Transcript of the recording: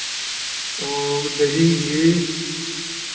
और दही घी